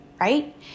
right